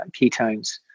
ketones